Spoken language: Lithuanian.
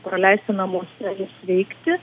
praleisti namuose ir sveikti